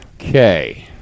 Okay